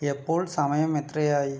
ഇപ്പോൾ സമയം എത്രയായി